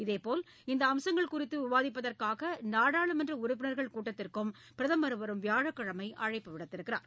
இதேபோல் இந்த அம்சங்கள் குறித்து விவாதிப்பதற்காக நாடாளுமன்ற உறுப்பினர்கள் கூட்டத்திற்கும் பிரதமர் வரும் வியாழக்கிழமை அழைப்பு விடுத்துள்ளார்